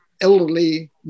Elderly